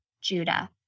Judah